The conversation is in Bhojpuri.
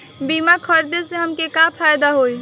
बीमा खरीदे से हमके का फायदा होई?